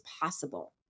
possible